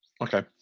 Okay